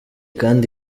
kandi